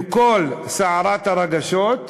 עם כל סערת הרגשות,